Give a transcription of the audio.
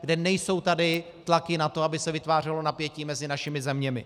Kde nejsou tady tlaky na to, aby se vytvářelo napětí mezi našimi zeměmi.